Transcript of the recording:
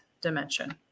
dimension